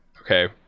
okay